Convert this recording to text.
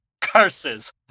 Curses